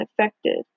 affected